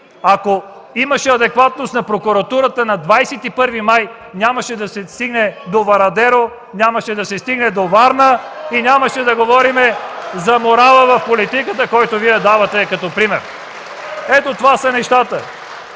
ако имаше адекватност на прокуратурата на 21 май, нямаше да се стигне до Варадеро, нямаше да се стигне до Варна и нямаше да говорим за морала в политиката, който Вие давате като пример. (Шум и реплики